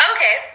Okay